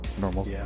normal